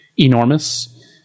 enormous